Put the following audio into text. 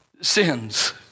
sins